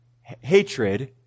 hatred